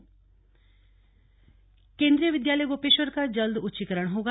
kV Gopeshwar Kendriya Vidyalaya Gopeshwar का जल्द उच्चीकरण होगा